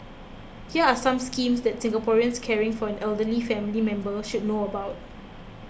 here are some schemes that Singaporeans caring for an elderly family member should know about